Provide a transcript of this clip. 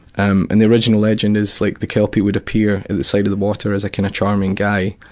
um and the original legend is like the kelpie would appear at the side of the water as a kinda charming guy,